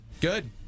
Good